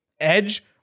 Edge